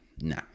no